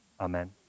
Amen